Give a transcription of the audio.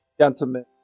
gentlemen